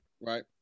right